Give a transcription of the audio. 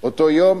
אותו יום,